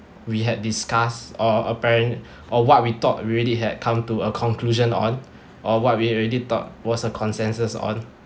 we had discussed or apparent or what we thought already had come to a conclusion on or what we already thought was a consensus on